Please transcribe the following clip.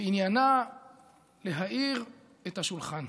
ועניינה להאיר את השולחן,